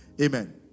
Amen